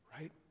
right